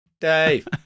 Dave